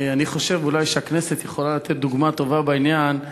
אני חושב אולי שהכנסת יכולה לתת דוגמה טובה בעניין,